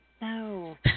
No